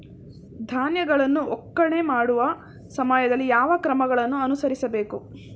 ಧಾನ್ಯಗಳನ್ನು ಒಕ್ಕಣೆ ಮಾಡುವ ಸಮಯದಲ್ಲಿ ಯಾವ ಕ್ರಮಗಳನ್ನು ಅನುಸರಿಸಬೇಕು?